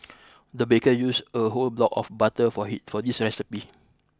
the baker used a whole block of butter for he for this recipe